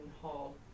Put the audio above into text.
hall